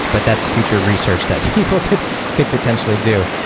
but that's future research that people could could potentially do.